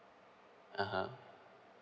(uh huh)